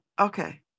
okay